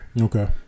okay